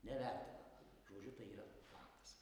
nė velnio žodžiu tai yra faktas